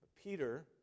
Peter